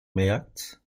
merkt